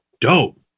dope